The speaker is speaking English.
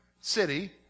city